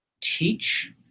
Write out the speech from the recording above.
teach